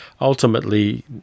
ultimately